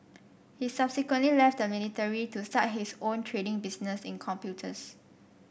he subsequently left the military to start his own trading business in computers